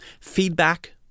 feedback